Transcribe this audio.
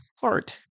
heart